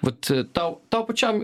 vat tau tau pačiam